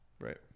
Right